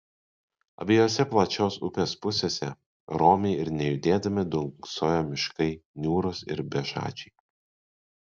abiejose plačios upės pusėse romiai ir nejudėdami dunksojo miškai niūrūs ir bežadžiai